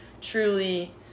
truly